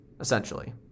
essentially